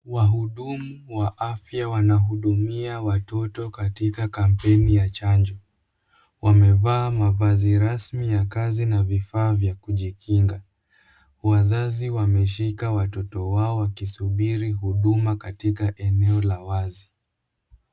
Wahudumu wa afya wanahudumia watoto katika kampeni ya chanjo. Wamevaa mavazi rasmi ya kazi na vifaa vya kujikinga. Wazazi wameshika watoto wao wakisubiri huduma katika eneo la wazi.